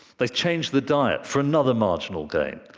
they changed the diet for another marginal gain.